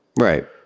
right